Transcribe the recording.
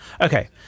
Okay